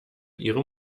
ihrem